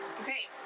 Okay